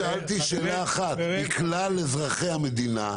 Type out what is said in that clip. שאלתי שאלה אחת: מכלל אזרחי המדינה,